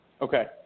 Okay